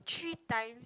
three times